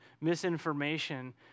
misinformation